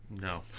No